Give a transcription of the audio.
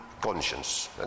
Conscience